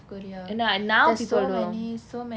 and now people will go along